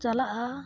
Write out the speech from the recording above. ᱪᱟᱞᱟᱜᱼᱟ